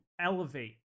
elevate